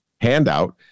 handout